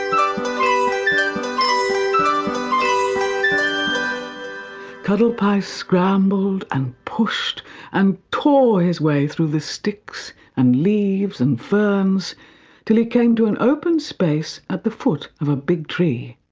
um cuddlepie scrambled and pushed and tore his way through the sticks and leaves and ferns until he came to an open space at the foot of a big tree.